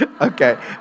Okay